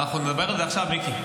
אנחנו נדבר על זה עכשיו, מיקי.